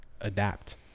adapt